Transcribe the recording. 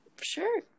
Sure